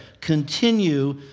Continue